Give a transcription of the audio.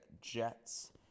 Jets